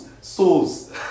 souls